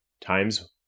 times